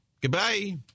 Goodbye